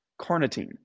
carnitine